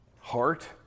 heart